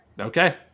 Okay